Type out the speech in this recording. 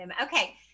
Okay